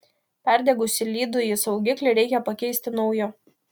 perdegusį lydųjį saugiklį reikia pakeisti nauju